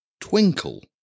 Twinkle